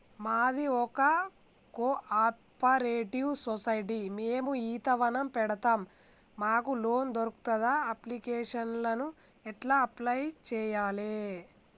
మాది ఒక cooperative society మేము ఈత వనం పెడతం మాకు లోన్ దొర్కుతదా? అప్లికేషన్లను ఎట్ల అప్లయ్ చేయాలే?